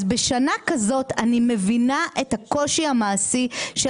אז בשנה כזאת אני מבינה את הקושי המעשי של